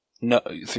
No